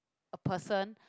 a person